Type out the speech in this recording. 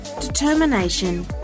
determination